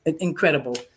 incredible